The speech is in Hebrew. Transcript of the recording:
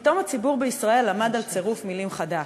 פתאום הציבור בישראל למד על צירוף מילים חדש: